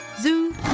Zoo